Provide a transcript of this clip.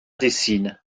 dessinent